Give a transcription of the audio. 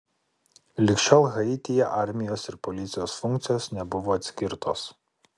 lig šiol haityje armijos ir policijos funkcijos nebuvo atskirtos